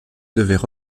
devaient